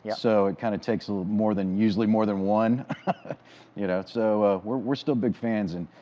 so it kind of takes ah more than, usually more than one you know, so we're we're still big fans. and